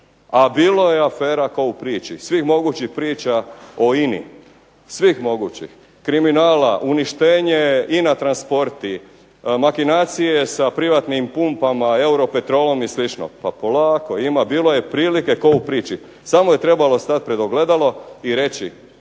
a bilo je afera ko u priči, svih mogućih priča o INA-i svih mogućih, kriminala, uništenje INA transporti, makinacije sa privatnim pumpama Europetrolom i slično. Pa polako, ima, bilo je prilike ko' u priči samo je trebalo stati pred ogledalo i reći